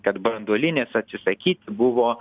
kad branduolinės atsisakyti buvo